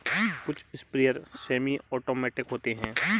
कुछ sprayer semi automatic होते हैं